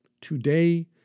Today